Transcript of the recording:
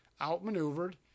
out-maneuvered